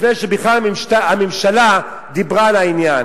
לפני שבכלל הממשלה דיברה על העניין.